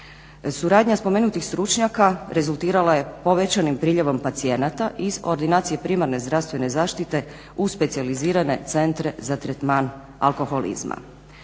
Suradnja spomenutih stručnjaka rezultirala je povećanim priljevom pacijenata iz ordinacije primarne zdravstvene zaštite u specijalizirane centre za tretman alkoholizma.